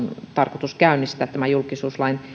tarkoitus käynnistää julkisuuslain